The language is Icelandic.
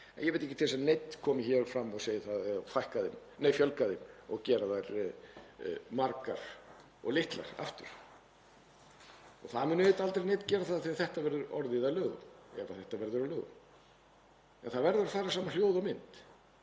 ég veit ekki til þess að neinn hafi komið hér fram og sagt að það eigi að fjölga þeim og gera þær margar og litlar aftur. Það mun auðvitað aldrei neinn gera það þegar þetta frumvarp verður orðið að lögum, ef það verður að lögum. En það verður að fara saman hljóð og mynd.